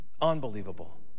Unbelievable